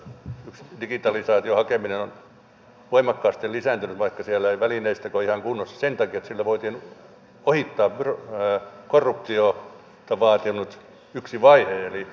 muun muassa brasiliassa digitalisaation hakeminen on voimakkaasti lisääntynyt vaikka siellä ei välineistökään ole ihan kunnossa sen takia että sillä voitiin ohittaa korruptiota vaatinut yksi vaihe